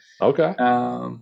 Okay